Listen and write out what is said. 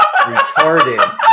retarded